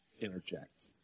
interject